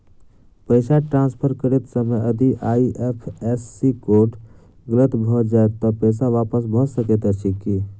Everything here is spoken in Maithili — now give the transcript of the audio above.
पैसा ट्रान्सफर करैत समय यदि आई.एफ.एस.सी कोड गलत भऽ जाय तऽ पैसा वापस भऽ सकैत अछि की?